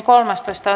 asia